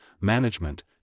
management